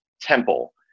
Temple